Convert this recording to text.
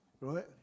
Right